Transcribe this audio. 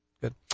Good